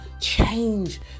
change